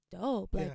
dope